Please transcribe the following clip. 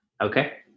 Okay